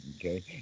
okay